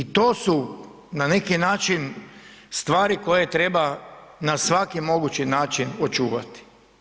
I to su na neki način stvari koje treba na svaki mogući način očuvati.